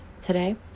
today